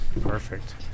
perfect